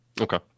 Okay